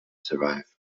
survive